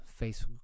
Facebook